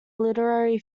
literary